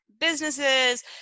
businesses